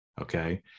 okay